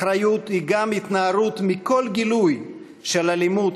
אחריות היא גם התנערות מכל גילוי של אלימות,